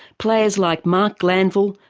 players like marc glanville,